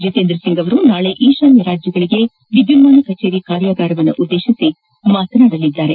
ಜಿತೇಂದ್ರಸಿಂಗ್ ನಾಳೆ ಈಶಾನ್ಯ ರಾಜ್ಯಗಳಿಗಾಗಿ ವಿದ್ಯುನ್ನಾನ ಕಚೇರಿ ಕಾರ್ಯಾಗಾರವನ್ನು ಉದ್ದೇಶಿಸಿ ಮಾತನಾಡಲಿದ್ದಾರೆ